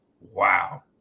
wow